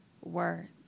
words